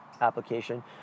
application